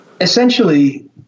Essentially